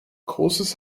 courses